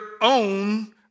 own